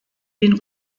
den